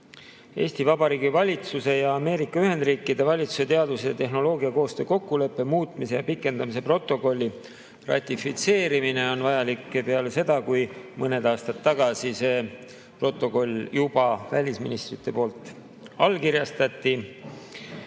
Vabariigi valitsuse ja Ameerika Ühendriikide valitsuse teadus- ja tehnoloogiakoostöö kokkuleppe muutmise ja pikendamise protokolli ratifitseerimine on vajalik peale seda, kui mõned aastad tagasi see protokoll välisministrite poolt allkirjastati.